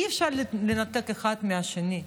אי-אפשר לנתק אחד מהשני.